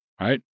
right